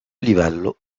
livello